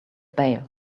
bail